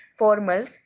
formals